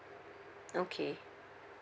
okay